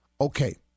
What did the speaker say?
Okay